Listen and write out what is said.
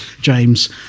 James